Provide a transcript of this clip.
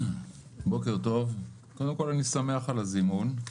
בוקר טוב, קודם כל, אני שמח על הזימון.